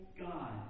God